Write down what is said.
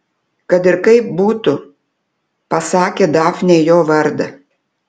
kad ir kaip būtų pasakė dafnei jo vardą